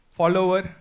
follower